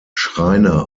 schreiner